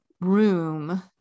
room